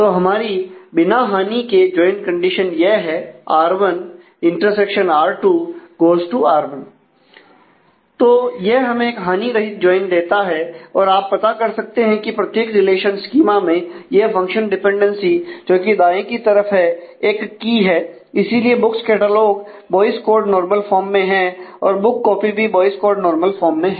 तो हमारी बिना हानि के जॉइन कंडीशन यह है r 1 ∩ r 2 → r 1 तो यह हमें एक हानिरहित ज्वाइन देता है और आप पता कर सकते हैं कि प्रत्येक रिलेशन स्कीमा में यह फंक्शन डिपेंडेंसी जो कि दाएं हाथ की तरफ है एक की में है